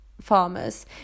farmers